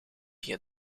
via